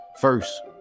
first